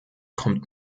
kommt